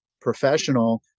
professional